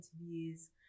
interviews